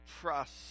trust